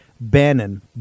Bannon